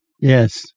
Yes